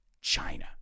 China